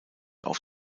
auf